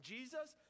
Jesus